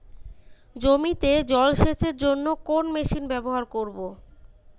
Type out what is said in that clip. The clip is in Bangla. জমিতে জল সেচের জন্য কোন মেশিন ব্যবহার করব?